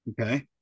Okay